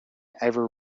ever